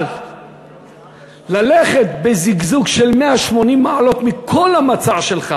אבל ללכת בזיגזוג של 180 מעלות מכל המצע שלך